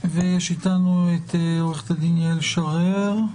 ויש איתנו את עו"ד יעל שורר.